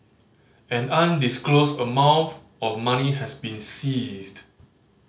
an undisclosed amount of money has been seized